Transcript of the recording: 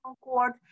Court